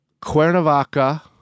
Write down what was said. Cuernavaca